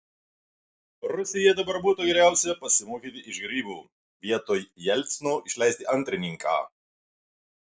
rusijai dabar būtų geriausia pasimokyti iš grybų vietoj jelcino išleisti antrininką